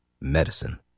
Medicine